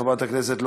חברת הכנסת,